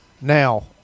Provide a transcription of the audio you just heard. Now